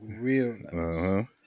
real